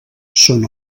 són